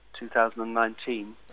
2019